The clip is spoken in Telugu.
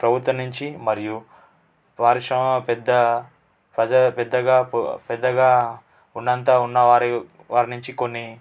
ప్రభుత్వం నుంచి మరియు పారిశ్రమ పెద్ద ప్రజాపెద్దగా పెద్దగా ఉన్నంత ఉన్న వారి వారి నుంచి కొన్ని